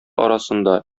арасында